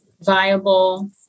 viable